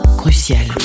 crucial